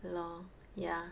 LOL yeah